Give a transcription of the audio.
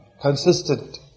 consistent